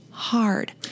hard